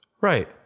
Right